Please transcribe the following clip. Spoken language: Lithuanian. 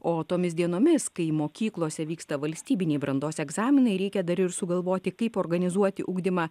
o tomis dienomis kai mokyklose vyksta valstybiniai brandos egzaminai reikia dar ir sugalvoti kaip organizuoti ugdymą